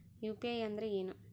UPI ಅಂದ್ರೆ ಏನು?